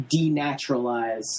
denaturalize